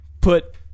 put